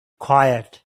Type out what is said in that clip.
quiet